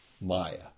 maya